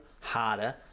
harder